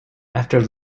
after